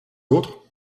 d’autre